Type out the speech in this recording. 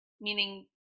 Meaning